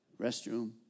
Restroom